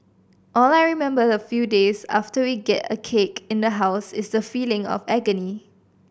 all I remember a few days after we get a cake in the house is the feeling of agony